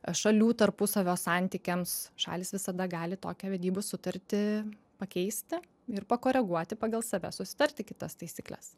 šalių tarpusavio santykiams šalys visada gali tokią vedybų sutartį pakeisti ir pakoreguoti pagal save susitarti kitas taisykles